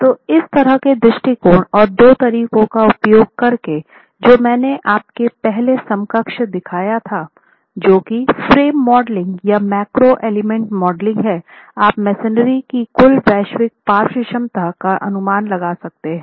तो इस तरह के दृष्टिकोण और दो तरीकों का उपयोग करके जो मैंने आपको पहले समकक्ष दिखाया था जो की फ़्रेम मॉडलिंग या मैक्रो एलिमेंट मॉडलिंग है आप मेसनरी की कुल वैश्विक पार्श्व क्षमता का अनुमान लगा सकते हैं